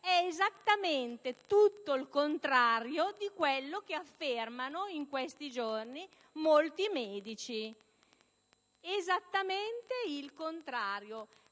È esattamente tutto il contrario di quello che affermano in questi giorni molti medici! A questo punto